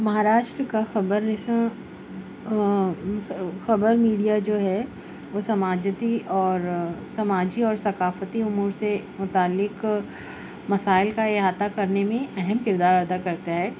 مہاراشٹر کا خبر رساں خبر میڈیا جو ہے وہ سماجتی اور سماجی اور ثقافتی امور سے متعلق مسائل کا احاطہ کرنے میں اہم کردار ادا کرتا ہے